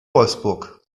wolfsburg